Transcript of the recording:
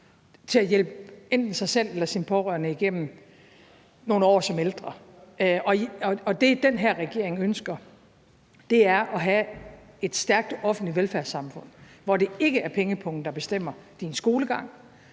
til at hjælpe sig selv eller deres pårørende igennem nogle år som ældre. Det, den her regering ønsker, er at have et stærkt offentligt velfærdssamfund, hvor det ikke er pengepungen, der bestemmer din skolegang,